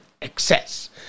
excess